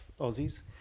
Aussies